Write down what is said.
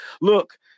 Look